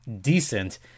decent